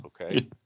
okay